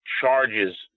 charges